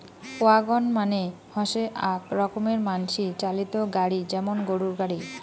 wagon মানে হসে আক রকমের মানসি চালিত গাড়ি যেমন গরুর গাড়ি